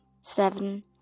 seven